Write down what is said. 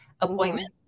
appointment